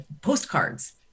postcards